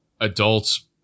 adults